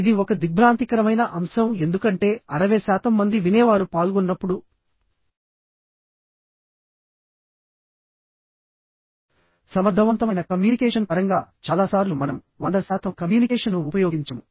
ఇది ఒక దిగ్భ్రాంతికరమైన అంశం ఎందుకంటే 60 శాతం మంది వినేవారు పాల్గొన్నప్పుడు సమర్థవంతమైన కమ్యూనికేషన్ పరంగా చాలా సార్లు మనం 100 శాతం కమ్యూనికేషన్ను ఉపయోగించము